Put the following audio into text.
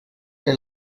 que